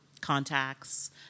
contacts